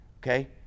okay